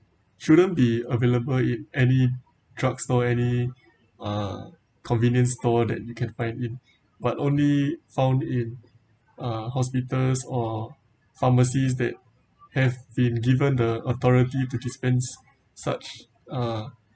shouldn't be available in any drug store any uh convenience store that you can find in but only found in uh hospitals or pharmacies that have been given the authority to dispense such uh